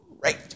great